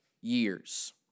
years